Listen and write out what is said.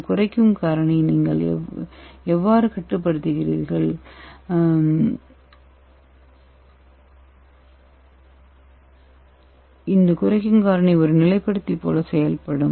இந்த குறைக்கும் காரணி ஒரு நிலைப்படுத்தி போல செயல்படும்